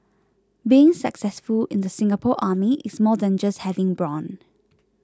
being successful in the Singapore Army is more than just having brawn